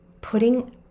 putting